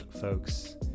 folks